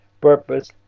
purpose